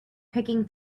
picking